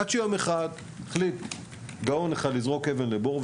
עד שיום אחד החליט גאון אחד לזרוק אבן לבור,